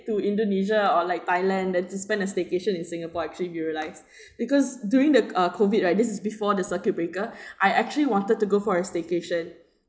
to indonesia or like thailand than just spend a staycation in singapore actually if you realized because during uh the COVID right this is before the circuit breaker I actually wanted to go for a staycation